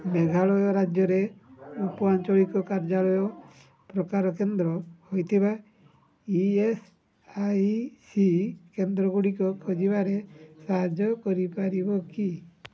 ମେଘାଳୟ ରାଜ୍ୟରେ ଉପ ଆଞ୍ଚଳିକ କାର୍ଯ୍ୟାଳୟ ପ୍ରକାର କେନ୍ଦ୍ର ହୋଇଥିବା ଇ ଏସ୍ ଆଇ ସି କେନ୍ଦ୍ରଗୁଡ଼ିକ ଖୋଜିବାରେ ସାହାଯ୍ୟ କରିପାରିବ କି